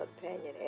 companion